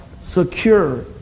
secure